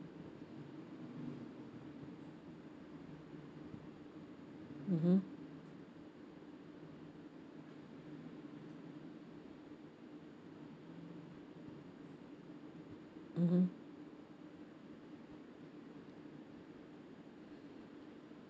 mmhmm mmhmm